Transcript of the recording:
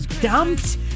dumped